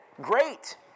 great